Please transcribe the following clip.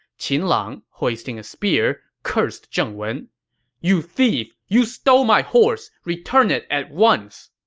qin lang, hoisting a spear, cursed zheng wen you thieve! you stole my horse! return it at once!